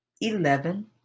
eleven